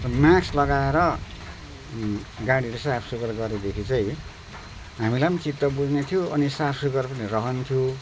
अनि माक्स लगाएर गाडीहरू यसो साफसुघर गरेदेखि चाहिँ हामीलाई चित्त बुझ्ने थियो अनि साफसुघर पनि रहन्थ्यो